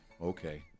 Okay